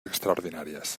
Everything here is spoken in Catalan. extraordinàries